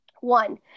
One